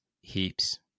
heaps